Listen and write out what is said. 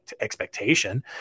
expectation